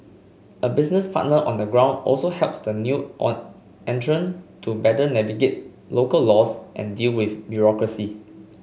a business partner on the ground also helps the new entrant to better navigate local laws and deal with bureaucracy